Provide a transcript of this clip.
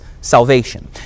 Salvation